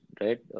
right